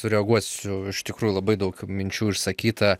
sureaguosiu iš tikrųjų labai daug minčių išsakyta